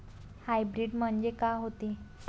Hybrid म्हनजे का होते?